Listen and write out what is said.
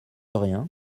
rien